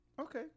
okay